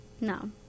No